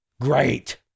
Great